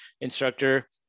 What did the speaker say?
instructor